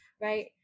right